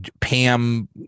Pam